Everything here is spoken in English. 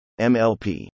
MLP